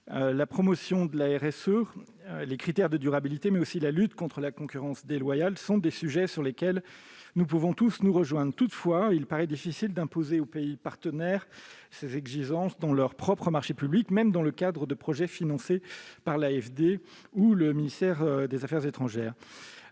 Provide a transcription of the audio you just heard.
La promotion de la RSE et les critères de durabilité, mais également la lutte contre la concurrence déloyale, sont des thèmes sur lesquels nous pouvons tous nous rejoindre. Toutefois, il paraît difficile d'imposer aux pays partenaires ces exigences dans leurs propres marchés publics, même dans le cadre de projets financés par l'AFD ou par le ministère des affaires étrangères.